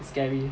scary